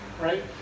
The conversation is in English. Right